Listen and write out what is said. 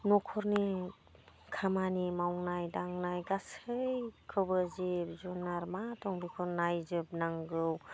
न'खरनि खामानि मावनाय दांनाय गासैखौबो जिब जुनार मा दं बेखौ नायजोब नांगौ